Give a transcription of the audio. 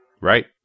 Right